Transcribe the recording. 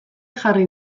jarri